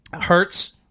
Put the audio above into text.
Hurts